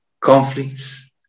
conflicts